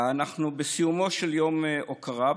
אנחנו בסיומו של יום הוקרה,